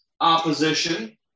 opposition